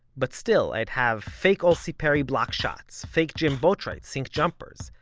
but still, i'd have, fake aulcie perry block shots, fake jim boatwright sink jumpers,